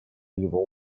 его